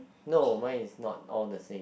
no mine is not all the same